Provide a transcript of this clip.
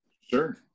Sure